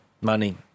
Money